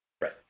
Right